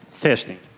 testing